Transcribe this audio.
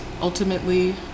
ultimately